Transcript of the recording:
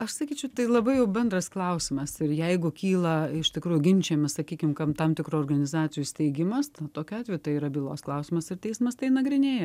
aš sakyčiau tai labai bendras klausimas ir jeigu kyla iš tikrųjų ginčijami sakykim kam tam tikrų organizacijų steigimas tokiu atveju tai yra bylos klausimas ar teismas tai nagrinėja